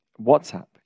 WhatsApp